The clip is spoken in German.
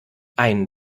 ein